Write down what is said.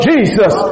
Jesus